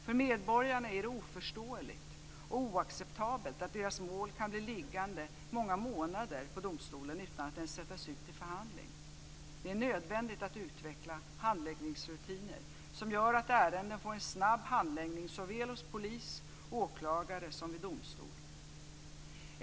För medborgarna är det oförståeligt och oacceptabelt att deras mål kan bli liggande många månader på domstolen utan att ens sättas ut till förhandling. Det är nödvändigt att utveckla handläggningsrutiner som gör att ärendena får en snabb hantering såväl hos polis, åklagare som vid domstol.